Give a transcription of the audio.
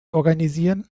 organisieren